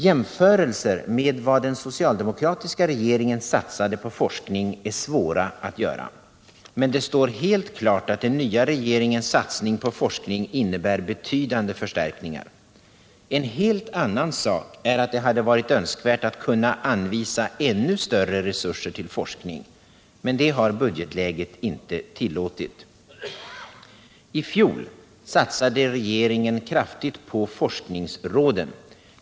Jämförelser med vad den socialdemokratiska regeringen satsade på forskning är svåra att göra, men det står helt klart att den nya regeringens satsning på forskning innebär betydande förstärkningar. En helt annan sak är att det hade varit önskvärt att kunna anvisa ännu större resurser till forskning, men det har budgetläget inte tillåtit. I fjol satsade regeringen kraftigt på forskningsråden.